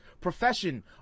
profession